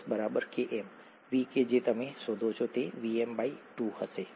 S બરાબર Km V કે જે તમે શોધો છો તે Vm2 હશે